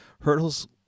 hurdles